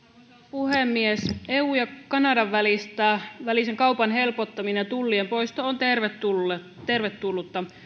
puhemies eun ja kanadan välisen kaupan helpottaminen ja tullien poisto on tervetullutta